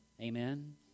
Amen